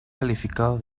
calificado